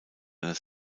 einer